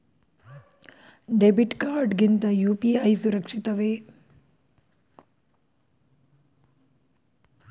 Debit card ಗಿಂತ UPI ಸುರಕ್ಷಿತವೇ?